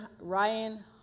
Ryan